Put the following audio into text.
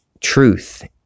truth